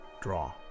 draw